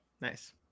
Nice